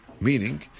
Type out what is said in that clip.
Meaning